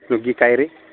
ನುಗ್ಗೆಕಾಯಿ ರೀ